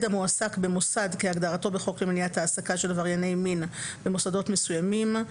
המועסק במוסד כהגדרתו בחוק למניעת העסקה של עברייני מין במוסדות מסוימים,